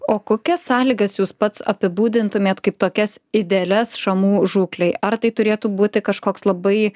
o kokias sąlygas jūs pats apibūdintumėt kaip tokias idealias šamų žūklei ar tai turėtų būti kažkoks labai